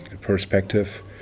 perspective